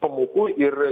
pamokų ir